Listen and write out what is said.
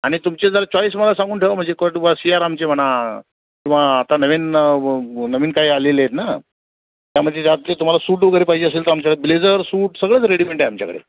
आणि तुमचे जरा चॉईस मला सांगून ठेवा म्हणजे कुठं सीआरामचे म्हणा किंवा आता नवीन नवीन काही आलेले आहेत ना त्यामध्ये जाते तुम्हाला सूट वगैरे पाहिजे असेल तर आमच्याकडे ब्लेझर सूट सगळंच रेडिमेंट आहे आमच्याकडे